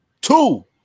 Two